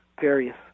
various